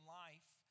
life